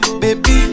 baby